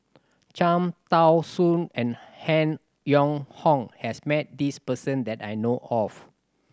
Cham Tao Soon and Han Yong Hong has met this person that I know of